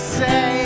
say